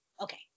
Okay